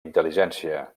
intel·ligència